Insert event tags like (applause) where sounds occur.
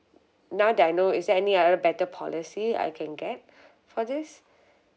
now that I know is there any other better policy I can get (breath) for this